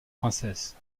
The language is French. princesse